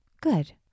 Good